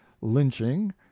lynching